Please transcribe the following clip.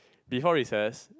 before recess